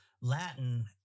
Latin